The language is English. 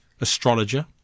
astrologer